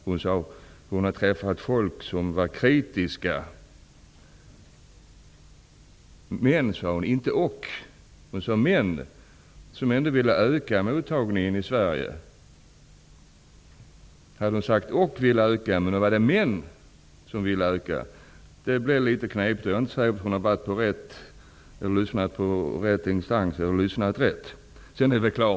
Hon sade att hon har träffat folk som var kritiska men -- inte och -- som ändå ville öka mottagningen i Sverige. När hon sade ''men'' i stället för ''och'' blev det litet knepigt. Jag är inte säker på att hon har lyssnat på rätt instanser eller att hon kommer ihåg rätt. Herr talman!